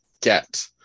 get